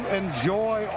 enjoy